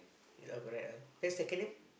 ya correct ah then second name